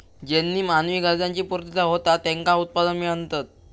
ज्येनीं मानवी गरजांची पूर्तता होता त्येंका उत्पादन म्हणतत